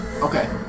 Okay